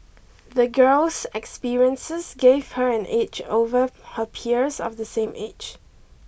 the girl's experiences gave her an edge over her peers of the same age